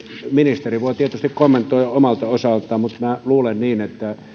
ministeri voi tietysti kommentoida omalta osaltaan mutta minä luulen niin että